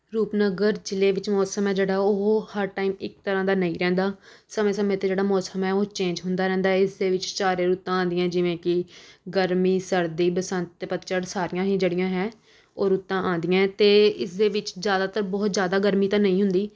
ਰੂਪਨਗਰ ਜ਼ਿਲ੍ਹੇ ਵਿੱਚ ਮੌਸਮ ਹੈ ਜਿਹੜਾ ਉਹ ਹਰ ਟਾਈਮ ਇੱਕ ਤਰ੍ਹਾਂ ਦਾ ਨਹੀਂ ਰਹਿੰਦਾ ਸਮੇਂ ਸਮੇਂ 'ਤੇ ਜਿਹੜਾ ਮੌਸਮ ਹੈ ਉਹ ਚੇਂਜ ਹੁੰਦਾ ਰਹਿੰਦਾ ਏ ਇਸਦੇ ਵਿੱਚ ਚਾਰ ਰੁੱਤਾਂ ਆਉਂਦੀਆਂ ਜਿਵੇਂ ਕਿ ਗਰਮੀ ਸਰਦੀ ਬਸੰਤ ਅਤੇ ਪੱਤਝੜ ਸਾਰੀਆਂ ਹੀ ਜਿਹੜੀਆਂ ਹੈ ਉਹ ਰੁੱਤਾਂ ਆਉਂਦੀਆ ਏ ਅਤੇ ਇਸ ਦੇ ਵਿੱਚ ਜ਼ਿਆਦਾਤਰ ਬਹੁਤ ਜ਼ਿਆਦਾ ਗਰਮੀ ਤਾਂ ਨਹੀਂ ਹੁੰਦੀ